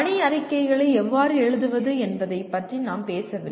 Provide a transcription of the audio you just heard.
பணி அறிக்கைகளை எவ்வாறு எழுதுவது என்பது பற்றி நாம் பேசவில்லை